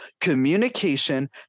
communication